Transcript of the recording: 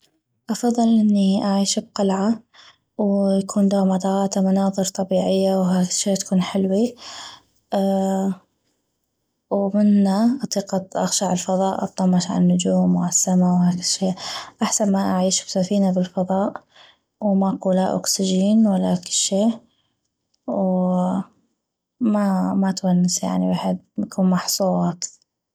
افضل اني اعيش بقلعة ويكون دوغمداغاتي مناظر طبيعية وهكذ شي تكون حلوي ومنا اطيق اغشع الفظاء واطمش عل نجوم والسما هكذ شي احسن ما اعيش بسفينة بالفظاء وماكو لا اوكسجين ولا كشي وما تونس هاي ويحد يكون محصوغ هكذ